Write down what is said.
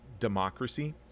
democracy